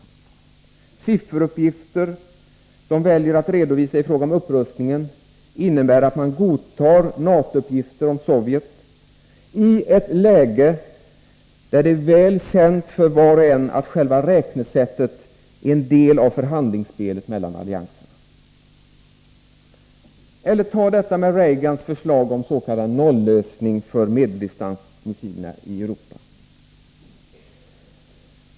De sifferuppgif ter som de väljer att redovisa i fråga om upprustningen innebär att de godtar NATO-uppgifter om Sovjetunionen i ett läge där det är väl känt för var och en att själva räknesättet är en del av förhandlingsspelet mellan allianserna. Eller ta detta med Reagans förslag om s.k. noll-lösning för medeldistansmissilerna i Europa!